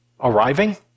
arriving